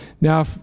Now